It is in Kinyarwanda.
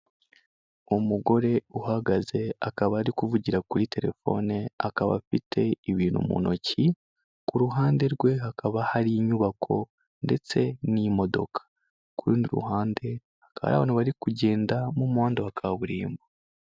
Umugore uhagaze, akaba ari kuvugira kuri telefone, akaba afite ibintu mu ntoki, ku ruhande rwe hakaba hari inyubako ndetse n'imodoka, k'urundi ruhande hakaba hari abantu bari kugenda mu muhanda wa kaburimbo.